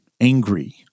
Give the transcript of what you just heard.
angry